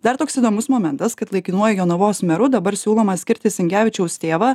dar toks įdomus momentas kad laikinuoju jonavos meru dabar siūloma skirti sinkevičiaus tėvą